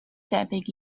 debyg